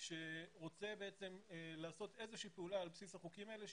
שרוצה לעשות איזושהי פעולה על בסיס החוקים האלה,